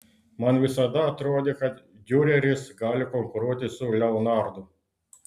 man visada atrodė kad diureris gali konkuruoti su leonardu